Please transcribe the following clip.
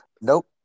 Nope